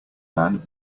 man